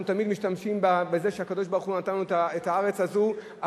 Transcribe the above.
אנחנו תמיד משתמשים בזה שהקדוש-ברוך-הוא נתן לנו את הארץ הזאת,